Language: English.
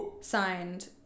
signed